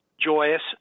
joyous